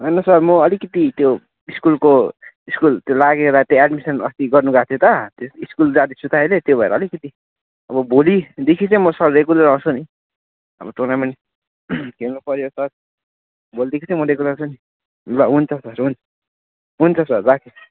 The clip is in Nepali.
होइन सर म अलिकति त्यो स्कुलको स्कुल त्यो लागेर त्यही एडमिसन अस्ति गर्नु गएको थिएँ त स्कुल जाँदैछु त अहिले त्यो भएर अलिकति अब भोलिदेखि चाहिँ म सर रेगुलर आउँछु नि अब टुर्नामेन्ट खेल्नुपर्यो सर भोलिदेखि चाहिँ म रेगुलर आउँछु नि ल हुन्छ सर हन् हुन्छ सर राखेँ